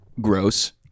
Gross